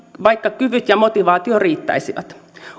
vaikka kyvyt ja motivaatio riittäisivät